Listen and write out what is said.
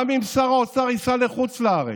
גם אם שר האוצר ייסע לחוץ לארץ,